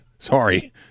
Sorry